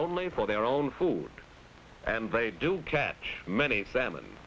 only for their own food and they do catch many salmon